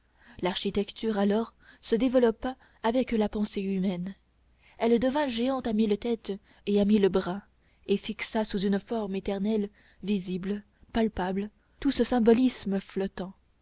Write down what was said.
l'architecture alors se développa avec la pensée humaine elle devint géante à mille têtes et à mille bras et fixa sous une forme éternelle visible palpable tout ce symbolisme flottant